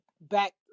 back